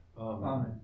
Amen